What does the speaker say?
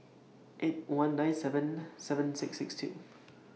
eight one nine seven seven six six two